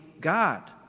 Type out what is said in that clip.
God